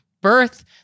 Birth